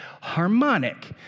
harmonic